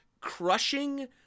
crushing